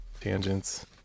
tangents